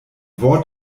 wort